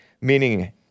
meaning